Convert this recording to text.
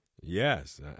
Yes